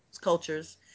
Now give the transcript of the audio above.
cultures